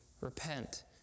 Repent